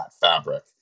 fabric